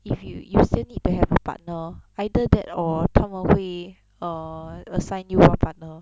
if you you still need to have a partner either that or 他们会 err assign you one partner